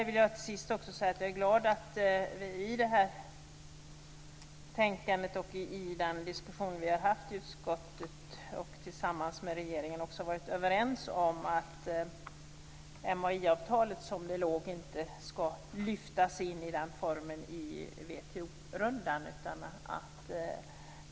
Till sist vill jag säga att jag är glad att vi i betänkandet och i de diskussioner vi har haft i utskottet och tillsammans med regeringen också har varit överens om att MAI-avtalet inte i den nuvarande formen skall lyftas in i WTO-rundan.